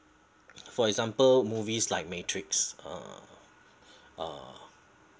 for example movies like matrix uh uh